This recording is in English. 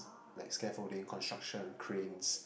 like scaffolding construction cranes